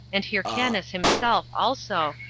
and hyrcanus himself also,